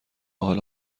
حالا